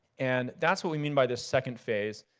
and that's what we mean by this second phase.